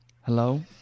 hello